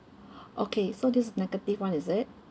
okay so this is negative one is it